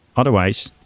otherwise,